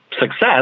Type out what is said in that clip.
success